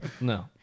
No